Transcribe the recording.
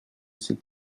ces